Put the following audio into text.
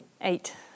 eight